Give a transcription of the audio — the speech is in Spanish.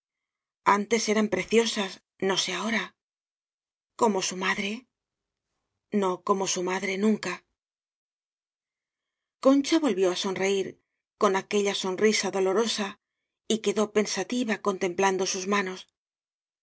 antes eran preciosas no sé ahora como su madre no como su madre nunca concha volvió á sonreír con aquella son risa dolorosa y quedó pensativa contem i plando sus manos